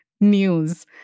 news